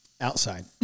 outside